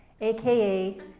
AKA